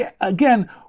again